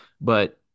but-